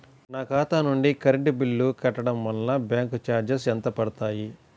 నా ఖాతా నుండి కరెంట్ బిల్ కట్టడం వలన బ్యాంకు చార్జెస్ ఎంత పడతాయా?